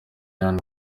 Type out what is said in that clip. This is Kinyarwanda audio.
ian